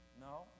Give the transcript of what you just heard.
No